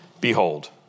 Behold